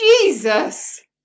Jesus